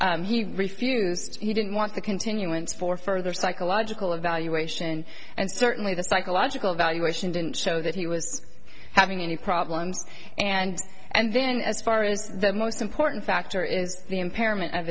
he refused he didn't want the continuance for further psychological evaluation and certainly the psychological evaluation didn't show that he was having any problems and and then as far as the most important factor is the impairment of